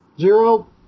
Zero